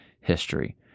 history